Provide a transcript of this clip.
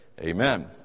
Amen